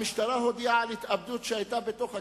המשטרה הודיעה על התאבדות שהיתה בתוך הכלא,